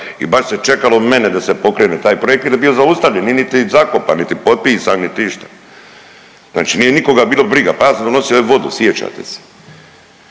I baš se čekalo mene da se pokrene taj projekt jer je bio zaustavljen, niti niti zakopan, niti potpisan, niti išta. Znači nije nikoga bilo briga, pa ja sam donosio ovde vodu sjećate se.